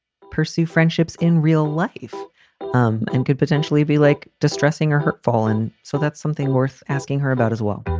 pursue friendships in real life um and could potentially be like distressing or hurt, fallen. so that's something worth asking her about as well.